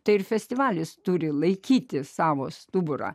tai ir festivalis turi laikyti savo stuburą